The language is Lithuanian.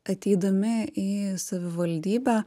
ateidami į savivaldybę